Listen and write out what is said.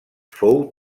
fou